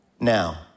Now